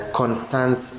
concerns